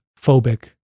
phobic